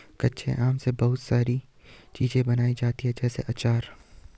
कच्चे आम से बहुत सारी चीज़ें बनाई जाती है जैसे आचार